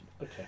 okay